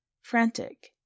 frantic